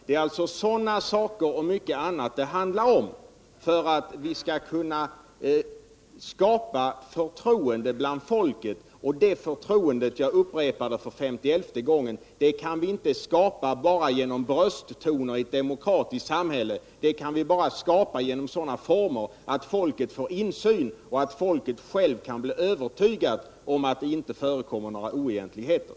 Det är alltså sådana saker och mycket annat det handlar om för att vi skall kunna skapa förtroende bland folket. Och det förtroendet, jag upprepar det för femtioelfte gången, kan vi inte skapa bara genom brösttoner i ett demokratiskt samhälle. Det kan vi skapa bara genom sådana former som tillåter att folket får insyn, så att det självt kan bli övertygat om att det inte förekommer några oegentligheter.